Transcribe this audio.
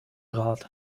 rat